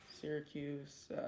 Syracuse